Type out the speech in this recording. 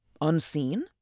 Unseen